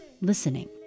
listening